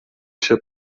się